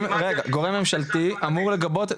רגע, גורם ממשלתי אמור לגבות.